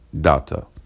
data